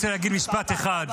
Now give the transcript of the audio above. אני רוצה להגיד משפט אחד: